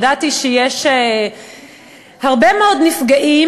ידעתי שיש הרבה מאוד נפגעים,